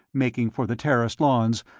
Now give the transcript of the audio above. making for the terraced lawns,